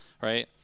right